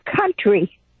country